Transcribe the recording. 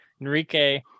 Enrique